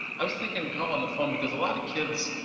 i was thinking call on the phone because a lot of kids,